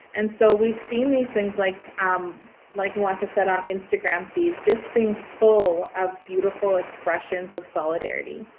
and so we've seen these things, like um like malaka said, on instagram feeds, just being full of beautiful expressions of solidarity?